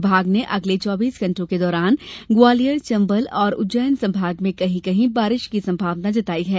विभाग ने अगले चौबीस घंटों के दौरान ग्वालियर चंबल और उज्जैन संभाग में कहीं कहीं बारिश की सम्भावना जताई है